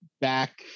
back